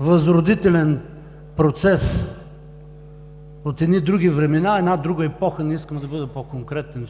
възродителен процес от едни други времена, една друга епоха. Не искам да бъда по-конкретен,